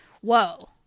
whoa